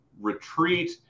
retreat